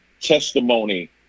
testimony